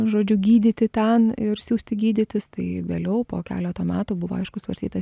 žodžiu gydyti ten ir siųsti gydytis tai vėliau po keleto metų buvo aišku svarstytas